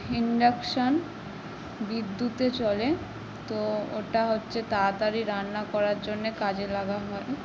induction বিদ্যুতে চলে তো ওটা হচ্ছে তাড়াতাড়ি রান্না করার জন্যে কাজে লাগা হয়